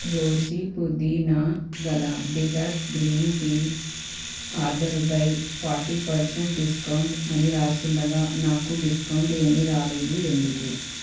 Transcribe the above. రోషి పుదీనా గల detox green tea ఆర్డరుపై ఫార్టీ పర్సెంట్ డిస్కౌంట్ అని రాసుండగా నాకు డిస్కౌంట్ ఏమీ రాలేదు ఎందుకు